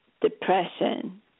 depression